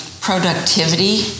productivity